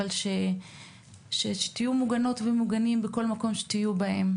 אבל שתהיו מוגנות ומוגנים בכל מקום שתהיו בו.